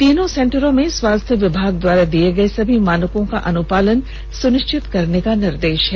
तीनों सेंटरों में स्वास्थ्य विभाग द्वारा दिए गए सभी मानकों का अनुपालन सुनिश्चित करने का निर्देश दिया गया है